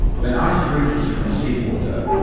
when ice freezes from sea water,